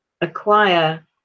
acquire